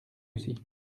aussi